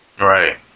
Right